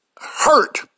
hurt